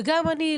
גם אני,